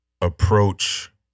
approach